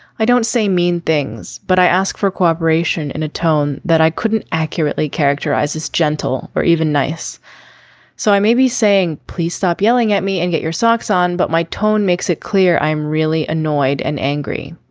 i don't say mean things but i ask for cooperation in a tone that i couldn't accurately characterize as gentle or even nice so i may be saying please stop yelling at me and get your socks on but my tone makes it clear i'm really annoyed and angry.